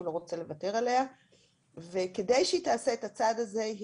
לא רוצה לוותר עליה וכדי שהיא תעשה את הצעד הזה היא